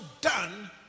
done